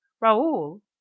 raoul